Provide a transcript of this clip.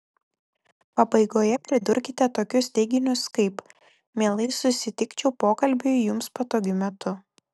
pabaigoje pridurkite tokius teiginius kaip mielai susitikčiau pokalbiui jums patogiu metu